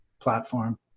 platform